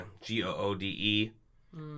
G-O-O-D-E